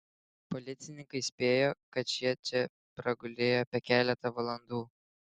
policininkai spėjo kad šie čia pragulėjo apie keletą valandų